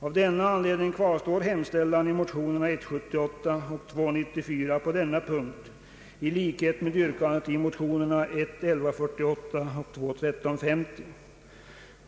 Av denna anledning kvarstår hemställan i motionerna 1:78 och II: 94 på denna punkt i likhet med yrkandet i motionerna I: 1148 och II: 1350.